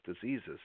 diseases